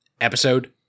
Episode